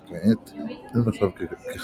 אך כעת אין הוא נחשב ככזה,